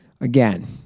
again